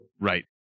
right